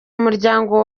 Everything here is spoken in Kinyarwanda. umuryango